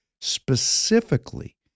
specifically